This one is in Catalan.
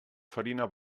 farina